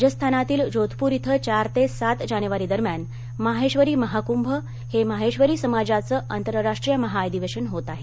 राजस्थानातील जोधपूर इथं चार ते सात जानेवारी दरम्यान माहेबरी महाकृभ हे माहेश्वरी समाजाचं आंतरराष्टीय महाअधिवेशन होत आहे